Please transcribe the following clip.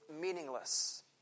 meaningless